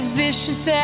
vicious